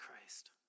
Christ